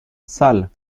salles